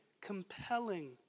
compelling